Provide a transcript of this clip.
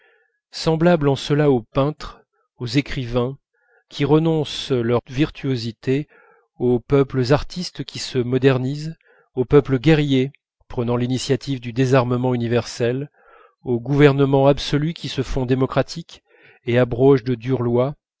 semblables en cela aux peintres aux écrivains qui renoncent à leur virtuosité aux peuples artistes qui se modernisent aux peuples guerriers prenant l'initiative du désarmement universel aux gouvernements absolus qui se font démocratiques et abrogent de dures lois